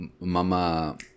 Mama